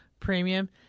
Premium